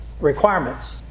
requirements